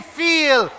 feel